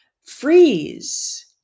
Freeze